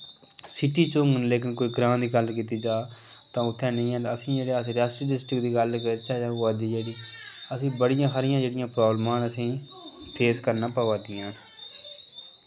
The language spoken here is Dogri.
सिटी च होंङन लेकिन कोई ग्रां दी गल्ल कीती जा तां उत्थै नेईं हैन असें जेह्ड़ी अस रेआसी डिस्ट्रिक दी गल्ल करचै जां होआ दी जेह्ड़ी असें बड़ियां हारियां जेह्ड़ियां प्राब्लमां न असें फेस करने प'वै दियां न